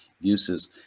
uses